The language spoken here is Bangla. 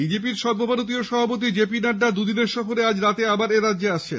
বিজেপির সর্বভারতীয় সভাপতি জে পি নাড্ডা দুদিনের সফরে আজ রাতে আবারও এরাজ্যে আসছেন